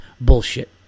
bullshit